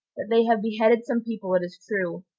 that they have beheaded some people it is true,